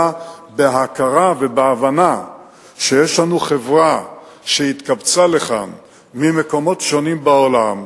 בהכרה ובהבנה שיש לנו חברה שהתקבצה לכאן ממקומות שונים בעולם,